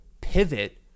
pivot